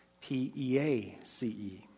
P-E-A-C-E